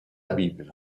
bible